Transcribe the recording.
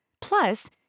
Plus